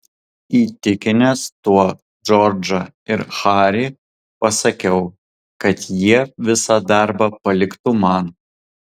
įtikinęs tuo džordžą ir harį pasakiau kad jie visą darbą paliktų man